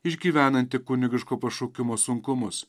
išgyvenantį kunigiško pašaukimo sunkumus